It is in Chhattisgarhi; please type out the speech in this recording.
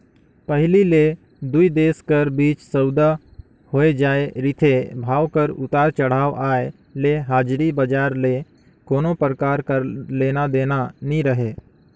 पहिली ले दुई देश कर बीच सउदा होए जाए रिथे, भाव कर उतार चढ़ाव आय ले हाजरी बजार ले कोनो परकार कर लेना देना नी रहें